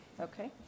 Okay